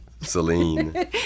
Celine